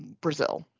Brazil